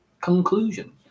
Conclusion